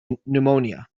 pneumonia